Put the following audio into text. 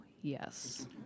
Yes